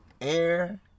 air